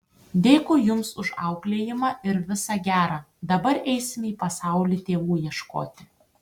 dėkui jums už auklėjimą ir visa gera dabar eisime į pasaulį tėvų ieškoti